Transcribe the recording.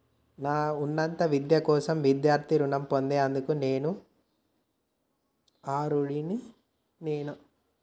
నా ఉన్నత విద్య కోసం విద్యార్థి రుణం పొందేందుకు నేను అర్హుడినేనా?